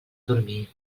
dormir